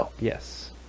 Yes